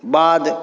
बाद